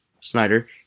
Snyder